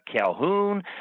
Calhoun